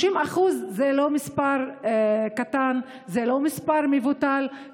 המספר 30% הוא לא מספר קטן ולא מבוטל.